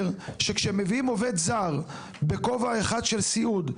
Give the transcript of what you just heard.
שכשמביאים עובד זר בכובע אחד של סיעוד,